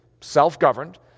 self-governed